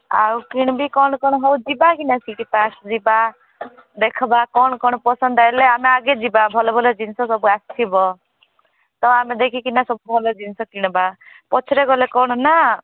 ଆଉ କିଣିବି କ'ଣ କ'ଣ ହଉ ଯିବା ଯିବା ଦେଖେବା କ'ଣ କ'ଣ ପସନ୍ଦ ହେଲେ ଆମେ ଆଗେ ଯିବା ଭଲ ଭଲ ଜିନିଷ ସବୁ ଆସିଥିବ ତ ଆମେ ଦେଖିକିନା ସବୁ ଭଲ ଜିନିଷ କିଣିବା ପଛରେ ଗଲେ କ'ଣ ନା